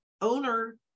owner